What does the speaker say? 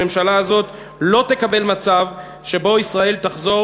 הממשלה הזאת לא תקבל מצב שבו ישראל תחזור